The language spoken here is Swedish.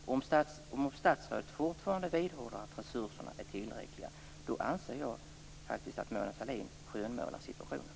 Om statsrådet fortfarande vidhåller att resurserna är tillräckliga anser jag faktiskt att Mona Sahlin skönmålar situationen.